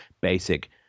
basic